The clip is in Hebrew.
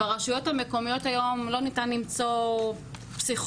ברשויות המקומיות היום לא ניתן למצוא פסיכולוגיות,